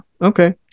Okay